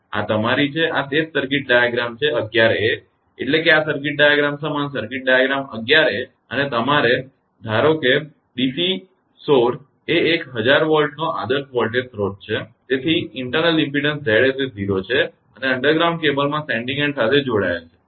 આ તમારી છે આ તે જ સર્કિટ ડાયાગ્રામ છે 11 a એટલેકે આ સર્કિટ ડાયાગ્રામ સમાન સર્કિટ ડાયાગ્રામ 11 a અને તમારી અને ધારે છે કે ડીસી સ્ત્રોત એ એક 1000 વોલ્ટનો આદર્શ વોલ્ટેજ સ્રોત છે અને તેથી આંતરિક ઇમપેડન્સ 𝑍𝑠 એ 0 છે અને તે અંડરર્ગ્રાઉન્ડ કેબલના સેન્ડીંગ એન્ડ સાથે જોડાયેલ છે